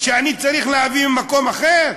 שאני צריך להביא ממקום אחר?